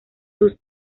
sus